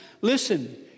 listen